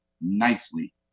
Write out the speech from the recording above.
Nicely